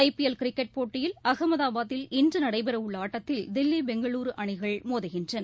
IPL cricket போட்டியில் அஹமதாபாதில் இன்றுநடைபெறவுள்ளஆட்டத்தில் தில்லி பெங்களூருஅணிகள் மோதுகின்றன